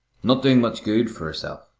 not doing much good for herself.